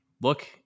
Look